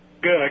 Good